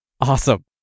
Awesome